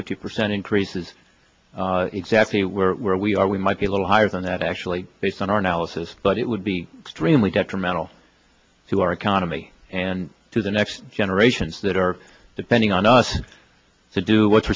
fifty percent increases exactly where we are we might be a little higher than that actually based on our analysis but it would be extremely detrimental to our economy and to the next generations that are depending on us to do what's